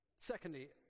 Secondly